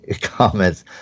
comments